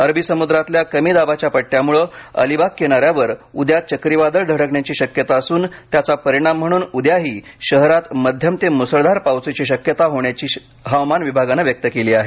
अरबी समुद्रातल्या कमी दाबाच्या पट्ट्यामुळे अलिबाग किनाऱ्यावर उद्या चक्रीवादळ धडकण्याची शक्यता असून त्याचा परिणाम म्हणून उद्याही शहरात मध्यम ते मुसळधार पावसाची शक्यता हवामान विभागानं व्यक्त केली आहे